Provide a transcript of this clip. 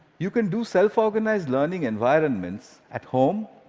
you can do self-organized learning environments at home,